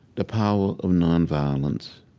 the power of nonviolence